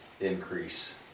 increase